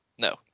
No